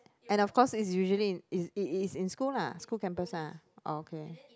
and of course it's usually in it is in school lah school campus lah oh okay